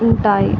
ఉంటాయి